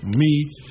meat